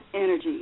energy